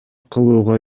кылууга